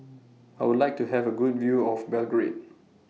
I Would like to Have A Good View of Belgrade